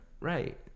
Right